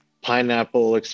pineapple